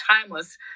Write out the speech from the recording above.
timeless